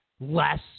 less